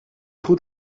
goed